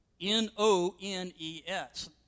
N-O-N-E-S